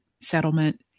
settlement